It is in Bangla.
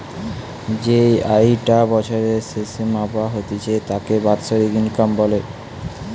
যেই আয়ি টা বছরের স্যাসে মাপা হতিছে তাকে বাৎসরিক ইনকাম বলে